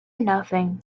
nothing